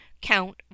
count